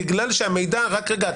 בגלל שהמידע רק רגע,